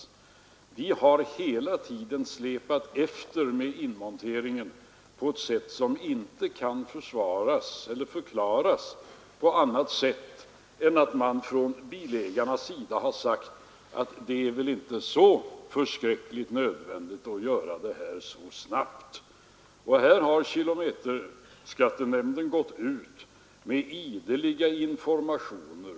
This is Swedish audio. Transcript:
Det har hela tiden släpat efter med inmonteringen på ett sätt som inte kan förklaras på annat vis än att bilägarna menat att det väl inte varit så förskräckligt nödvändigt att göra detta så snabbt. Kilometerskattenämnden har gått ut med ideliga informationsinsatser.